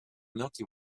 milky